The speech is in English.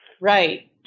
Right